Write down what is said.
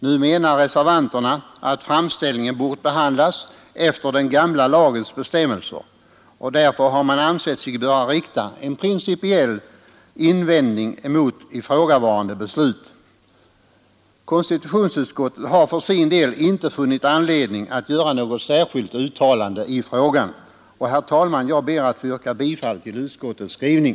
Nu menar reservanterna att framställningen bort behandlas efter den gamla lagens bestämmelser, och därför har man ansett sig böra rikta en principiell invändning mot ifrågavarande beslut. Konstitutionsutskottet har för sin del inte funnit anledning att göra något särskilt uttalande i frågan och, herr talman, jag ber att få yrka bifall till utskottets skrivning.